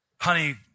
honey